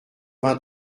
vingt